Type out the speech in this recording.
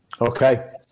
Okay